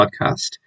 podcast